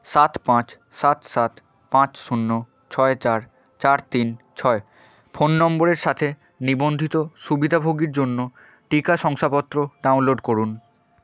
সাত পাঁচ সাত সাত পাঁচ শূন্য ছয় চার চার তিন ছয় ফোন নম্বরের সাথে নিবন্ধিত সুবিধাভোগীর জন্য টিকা শংসাপত্র ডাউনলোড করুন